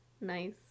Nice